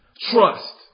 trust